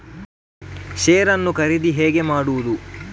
Share ನ್ನು ಖರೀದಿ ಹೇಗೆ ಮಾಡುವುದು?